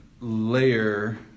layer